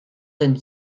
den